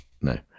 no